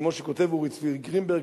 כמו שכותב אורי צבי גרינברג,